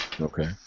Okay